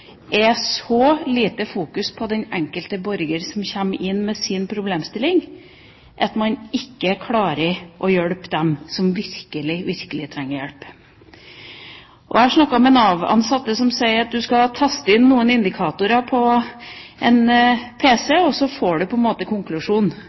er så avansert, har så lite fokus på den enkelte borger som kommer inn med sin problemstilling, at man ikke klarer å hjelpe dem som virkelig, virkelig trenger hjelp. Jeg har snakket med Nav-ansatte som sier at du skal taste inn noen indikatorer på en